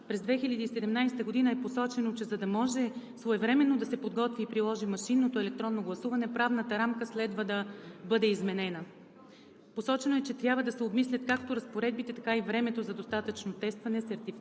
през 2017 г. е посочено, че за да може своевременно да се подготви и приложи машинното електронно гласуване, правната рамка следва да бъде изменена. Посочено е, че трябва да се обмислят както разпоредбите, така и времето за достатъчно тестване, сертифициране